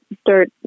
start